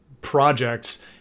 projects